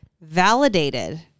validated